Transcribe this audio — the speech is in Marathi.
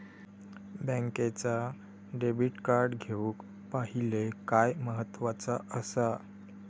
बँकेचा डेबिट कार्ड घेउक पाहिले काय महत्वाचा असा?